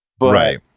Right